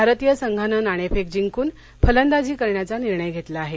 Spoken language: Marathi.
भारतीय संघानं नाणेफेक जिंकून फलंदाजी करण्याचा निर्णय घेतला आहे